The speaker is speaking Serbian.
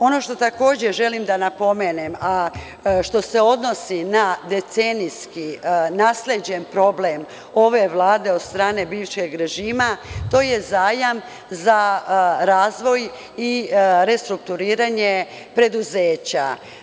Ono što takođe želim da napomenem, a što se odnosi na decenijski nasleđen problem ove Vlade od strane bivšeg režima, to je zajam za razvoj i restrukturiranje preduzeća.